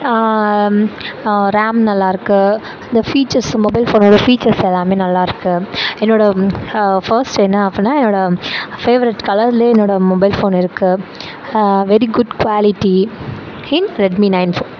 RAM நல்லாயிருக்கு இந்த features mobile ஃபோனோட ஃபீச்சர்ஸ் எல்லாம் நல்லாயிருக்கு என்னோட ஃபேர்ஸ்ட் என்ன அப்பிடின்னா என்னோட ஃபேவரேட் கலர்லேயே என்னோட மொபைல் ஃபோன் இருக்கு very good quality in Redmi nine bro